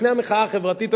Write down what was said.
לפני המחאה החברתית,